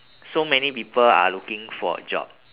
so many people are looking for a job